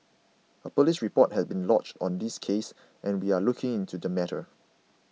a police report has been lodged on this case and we are looking into the matter